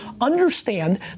understand